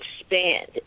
expand